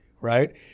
right